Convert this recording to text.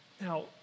Now